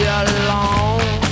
alone